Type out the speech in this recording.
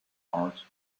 out